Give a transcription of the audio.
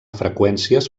freqüències